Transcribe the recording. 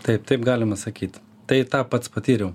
taip taip galima sakyt tai tą pats patyriau